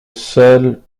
seul